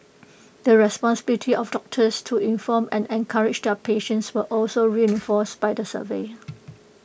the responsibility of doctors to inform and encourage their patients were also reinforced by the survey